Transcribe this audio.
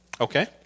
Okay